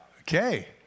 Okay